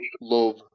love